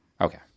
okay